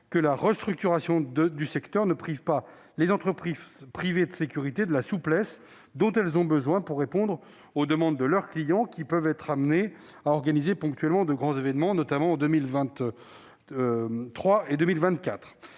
que la restructuration du secteur ne prive pas les entreprises de sécurité privée de la souplesse dont elles ont besoin pour répondre aux demandes de leurs clients, qui peuvent être amenés à organiser ponctuellement de grands événements, notamment en 2023 et en 2024.